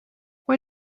why